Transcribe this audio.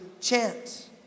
chance